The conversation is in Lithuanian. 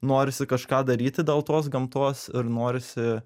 norisi kažką daryti dėl tos gamtos ir norisi